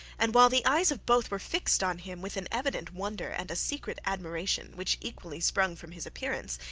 and while the eyes of both were fixed on him with an evident wonder and a secret admiration which equally sprung from his appearance,